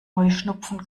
heuschnupfen